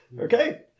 Okay